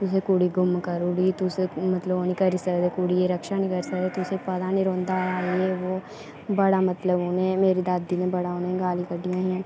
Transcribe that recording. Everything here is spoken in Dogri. कि तुसें कुड़ी गुम्म करी ओड़ी तुस मतलब ओह् निं करी सकदे कुड़िये दी रक्षा निं करी सकदे ते तुसें गी पता निं रौंह्दा ये वो बड़ा मतलब उ'नें मेरी दादी नै बड़ा उ'नें गी गालियां कड्ढियां हियां